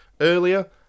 earlier